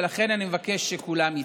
לכן אני מבקש שכולם יתנגדו.